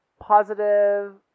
positive